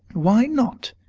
why not?